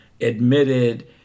admitted